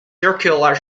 circular